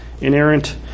inerrant